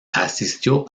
asistió